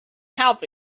help